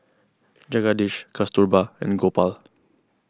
Jagadish Kasturba and Gopal